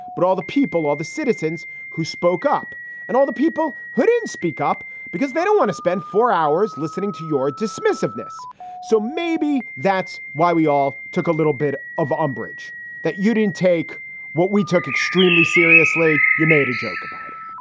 but all the people, all the citizens who spoke up and all the people who didn't speak up because they don't want to spend four hours listening to your dismissiveness so maybe that's why we all took a little bit of umbrage that you didn't take what we took extremely seriously. you made a joke about it.